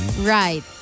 Right